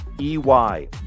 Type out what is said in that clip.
EY